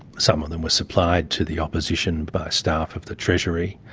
some of them were supplied to the opposition by staff of the treasury,